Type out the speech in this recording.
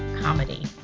comedy